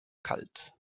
kalt